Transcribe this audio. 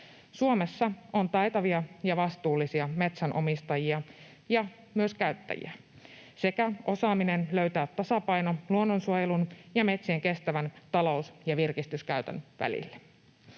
Suomessa on taitavia ja vastuullisia metsänomistajia ja myös -käyttäjiä sekä osaamista löytää tasapaino luonnonsuojelun ja metsien kestävän talous- ja virkistyskäytön välille.